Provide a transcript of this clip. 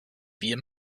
wir